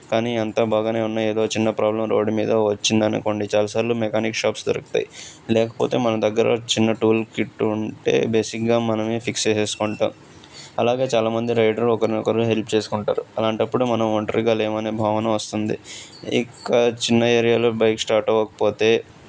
కానీ అంతా బాగానే ఉన్నా ఏదో చిన్న ప్రాబ్లమ్ రోడ్డు మీద వచ్చింది అనుకోండి చాలాసార్లు మెకానిక్ షాప్స్ దొరుకుతాయి లేకపోతే మన దగ్గర చిన్న టూల్ కిట్టు ఉంటే బేసిక్గా మనమే ఫిక్స్ చేసేసుకుంటాము అలాగే చాలామంది రైడరు ఒకరినొకరు హెల్ప్ చేసుకుంటారు అలాంటప్పుడు మనం ఒంటరిగా లేము అనే భావన వస్తుంది ఇంకా చిన్న ఏరియాలో బైక్ స్టార్ట్ అవ్వకపోతే